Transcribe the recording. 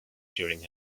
during